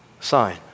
sign